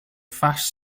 fast